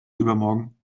übermorgen